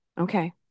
okay